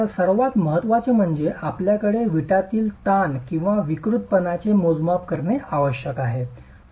तर सर्वात महत्त्वाचे म्हणजे आपल्याकडे वीटातील ताण किंवा विकृतपणाचे मोजमाप असणे आवश्यक आहे